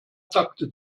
takte